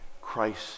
Christ